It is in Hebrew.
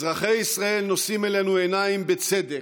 אזרחי ישראל נושאים אלינו עיניים, בצדק,